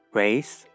race